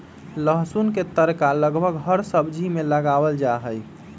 लहसुन के तड़का लगभग हर सब्जी में लगावल जाहई